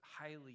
highly